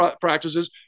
practices